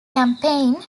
campaign